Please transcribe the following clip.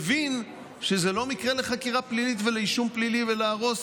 מבין שזה לא מקרה לחקירה פלילית ולאישום פלילי ולהרוס